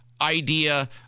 idea